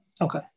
Okay